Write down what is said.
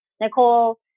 Nicole